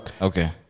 Okay